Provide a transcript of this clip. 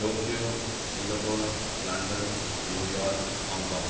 Tokyo Singapore London New York Hong Kong